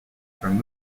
from